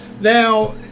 Now